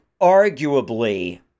arguably